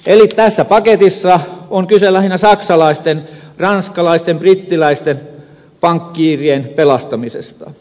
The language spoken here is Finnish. eli tässä paketissa on kyse lähinnä saksalaisten ranskalaisten brittiläisten pankkiirien pelastamisesta